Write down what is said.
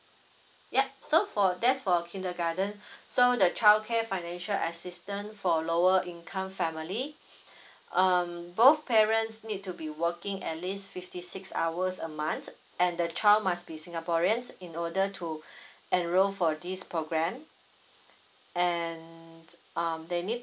yup so for that's for kindergarten so the childcare financial assistance for lower income family um both parents need to be working at least fifty six hours a month and the child must be singaporeans in order to enroll for this program and um they need